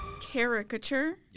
caricature